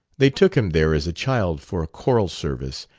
they took him there as a child for a choral service,